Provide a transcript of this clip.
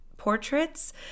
portraits